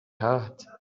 hurt